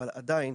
אבל עדיין